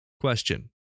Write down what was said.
question